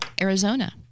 Arizona